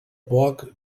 poc